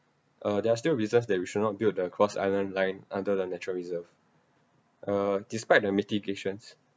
uh there are still reasons that we should not build the cross island line under the natural reserve uh despite the mitigations